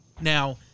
Now